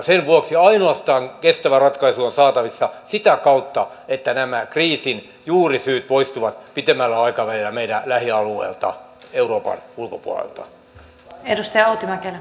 sen vuoksi kestävä ratkaisu on saatavissa ainoastaan sitä kautta että nämä kriisin juurisyyt poistuvat pitemmällä aikavälillä meidän lähialueiltamme euroopan ulkopuolelta